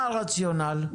מה הרציונל?